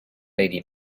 lady